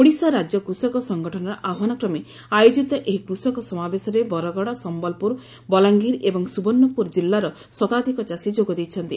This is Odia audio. ଓଡ଼ିଶା ରାଜ୍ୟ କୃଷକ ସଙ୍ଗଠନର ଆହ୍ୱାନ କ୍ରମେ ଆୟୋଜିତ ଏହି କୃଷକ ସମାବେଶରେ ବରଗଡ଼ ସମ୍ଲପୁରବଲାଙ୍ଗିର ଏବଂ ସୁବର୍ଷପୁର ଶତାଧିକ ଚାଷୀ ଯୋଗ ଦେଇଛନ୍ତି